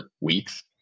weeks